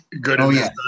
good